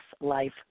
Life